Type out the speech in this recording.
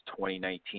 2019